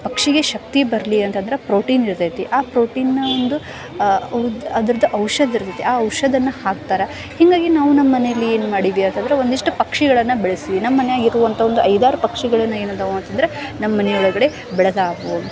ಪಕ್ಷಿಗೆ ಶಕ್ತಿ ಬರಲಿ ಅಂತಂದ್ರೆ ಪ್ರೋಟಿನ್ ಇರ್ತೈತಿ ಆ ಪ್ರೋಟಿನ ಒಂದು ಅದರದ್ದು ಔಷಧಿ ಇರ್ತೈತಿ ಆ ಔಷಧವನ್ನ ಹಾಕ್ತಾರೆ ಹೀಗಾಗಿ ನಾವು ನಮ್ಮ ಮನೇಲಿ ಏನು ಮಾಡಿದ್ವಿ ಅಂತಂದ್ರೆ ಒಂದಿಷ್ಟು ಪಕ್ಷಿಗಳನ್ನು ಬೆಳೆಸೀವಿ ನಮ್ಮ ಮನೆಯಾಗಿರುವಂಥ ಒಂದು ಐದು ಆರು ಪಕ್ಷಿಗಳನ್ನು ಏನೆಂದೆವು ಅಂತಂದ್ರೆ ನಮ್ಮ ಮನೆ ಒಳಗಡೆ ಬೆಳೆದಾವು